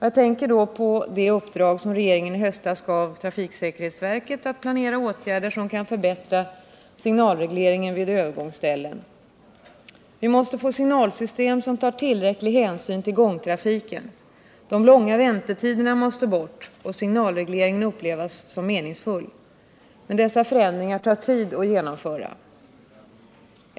Jag tänker då på det uppdrag som regeringen i höstas gav trafiksäkerhetsverket, att planera åtgärder som kan förbättra signalregleringen vid övergångsställen. Vi måste få signalsystem som tar tillräcklig hänsyn till gångtrafiken. De långa väntetiderna måste bort och signalregleringen upplevas som meningsfull. Men dessa förändringar tar tid att genomföra.